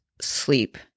sleep